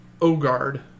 Ogard